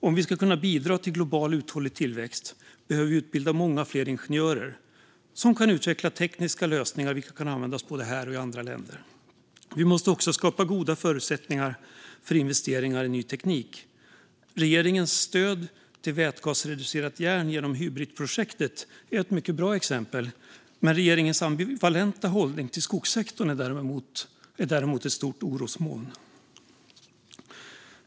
Om vi ska kunna bidra till global uthållig tillväxt behöver vi utbilda många fler ingenjörer, som kan utveckla tekniska lösningar vilka kan användas både här och i andra länder. Vi måste också skapa goda förutsättningar för investeringar i ny teknik. Regeringens stöd till vätgasreducerat järn genom Hybritprojektet är ett mycket bra exempel, men regeringens ambivalenta hållning till skogssektorn är däremot ett stort orosmoln.